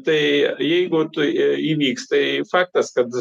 tai jeigu tu įvyks tai faktas kad